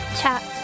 chat